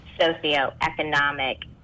socioeconomic